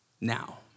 now